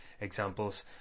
examples